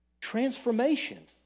Transformation